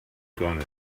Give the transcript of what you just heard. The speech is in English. gonna